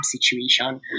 situation